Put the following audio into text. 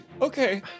Okay